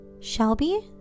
Shelby